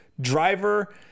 Driver